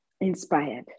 inspired